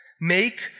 Make